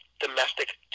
domestic